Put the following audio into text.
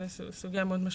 זו סוגיה מאוד משמעותית.